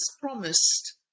promised